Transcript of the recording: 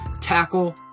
tackle